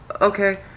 Okay